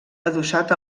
adossat